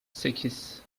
sekiz